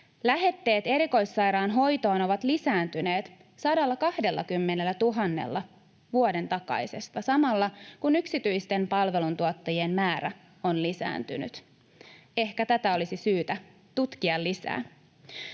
Lähetteet erikoissairaanhoitoon ovat lisääntyneet 120 000:lla vuoden takaisesta, samalla kun yksityisten palveluntuottajien määrä on lisääntynyt. Ehkä tätä olisi syytä tutkia lisää.